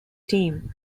team